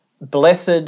Blessed